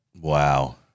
Wow